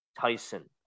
Tyson